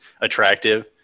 attractive